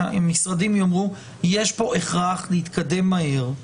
אם משרדים יאמרו יש פה הכרח להתקדם מהר,